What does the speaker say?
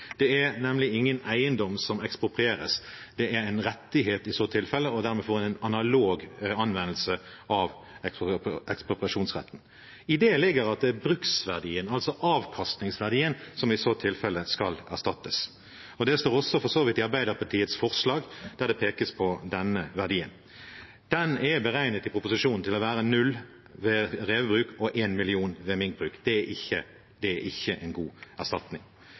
Det er nemlig ingen eiendom som eksproprieres – det er en rettighet i tilfelle, og dermed får en en analog anvendelse av ekspropriasjonsretten. I det ligger det at det er bruksverdien, altså avkastningsverdien, som i så tilfelle skal erstattes. Det står for så vidt også i Arbeiderpartiets forslag, der det pekes på denne verdien. Den er i proposisjonen beregnet til å være 0 kr ved revbruk og 1 mill. kr ved minkbruk. Det er ikke en god erstatning.